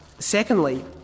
Secondly